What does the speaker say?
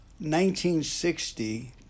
1960